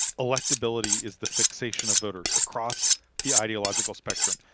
electability is the fixation of voters across the ideological spectrum.